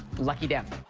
lucky them.